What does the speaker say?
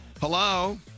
Hello